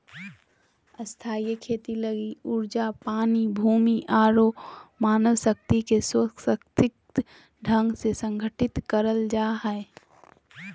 स्थायी खेती लगी ऊर्जा, पानी, भूमि आरो मानव शक्ति के सुव्यवस्थित ढंग से संगठित करल जा हय